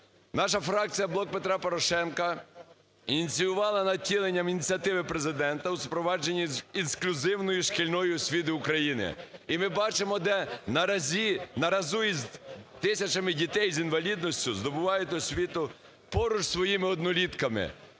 Наша фракція "Блок Петра Порошенка" ініціювала над втіленням ініціативи Президента у впровадженні інклюзивної шкільної освіти України. І ми бачимо, де наразі, наразі з тисячами дітей з інвалідністю здобувають освіту поруч зі своїми однолітками.